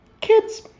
kids